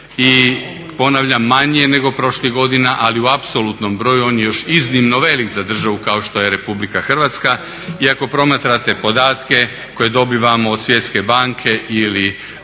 i ponavljam manji je nego prošlih godina ali u apsolutnom broju on je još iznimno velik za državu kao što je Republika Hrvatska. I ako promatrate podatke koje dobivamo od Svjetske banke ili